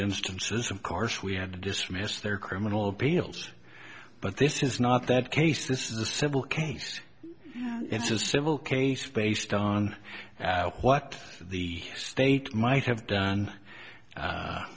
instances of course we had to dismiss their criminal appeals but this is not that case this is a civil case it's a civil case based on what the state might have done